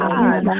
God